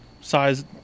size